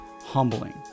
humbling